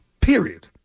Period